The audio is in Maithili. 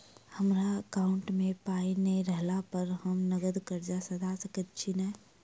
हमरा एकाउंट मे पाई नै रहला पर हम नगद कर्जा सधा सकैत छी नै?